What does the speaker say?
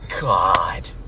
God